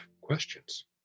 questions